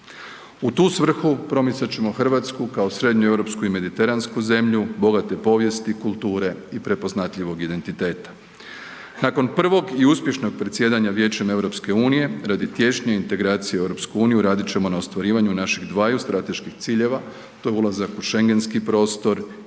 U tu svrhu promicat ćemo RH kao srednjeeuropsku i mediteransku zemlju bogate povijesti i kulture i prepoznatljivog identiteta. Nakon prvog i uspješnog predsjedanja Vijećem EU radi tiješnje integracije u EU radit ćemo na ostvarivanju naših dvaju strateških ciljeva, to je ulazak u šengenski prostor